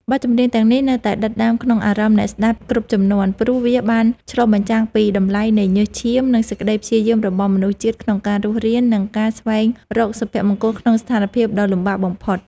បទចម្រៀងទាំងនេះនៅតែដិតដាមក្នុងអារម្មណ៍អ្នកស្ដាប់គ្រប់ជំនាន់ ព្រោះវាបានឆ្លុះបញ្ចាំងពីតម្លៃនៃញើសឈាម និងសេចក្តីព្យាយាមរបស់មនុស្សជាតិក្នុងការរស់រាន និងការស្វែងរកសុភមង្គលក្នុងស្ថានភាពដ៏លំបាកបំផុត។